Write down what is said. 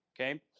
Okay